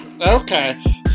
okay